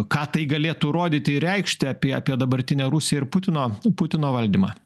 ką tai galėtų rodyti ir reikšti apie apie dabartinę rusiją ir putino putino valdymą